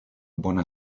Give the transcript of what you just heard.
buona